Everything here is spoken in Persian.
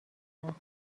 بدم